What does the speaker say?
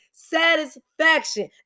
satisfaction